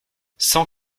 cent